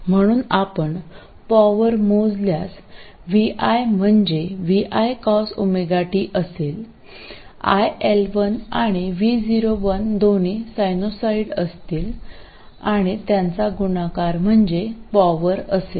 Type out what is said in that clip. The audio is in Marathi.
म्हणून आपण पॉवरमोजल्यास vi म्हणजे vi cosωt असेल iL1 आणि vo1 दोन्ही सायनोसाईड असतील आणि त्यांचा गुणाकार म्हणजे पॉवर असेल